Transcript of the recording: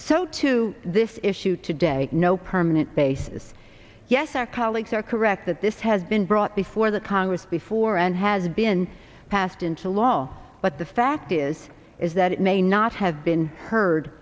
so to this issue today no permanent basis yes our colleagues are correct that this has been brought before the congress before and has been passed into law but the fact is is that it may not have been heard